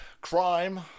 crime